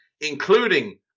including